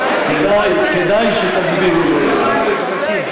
כדאי שתסבירו לו את זה.